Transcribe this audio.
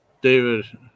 david